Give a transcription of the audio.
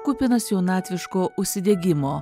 kupinas jaunatviško užsidegimo